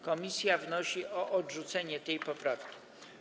Komisja wnosi o odrzucenie tej poprawki.